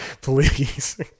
please